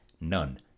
None